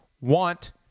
want